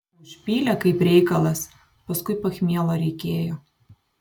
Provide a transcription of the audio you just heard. užpylė kaip reikalas paskui pachmielo reikėjo